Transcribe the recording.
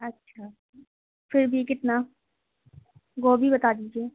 اچھا پھر بھی کتنا گوبھی بتا دیجیے